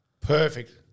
Perfect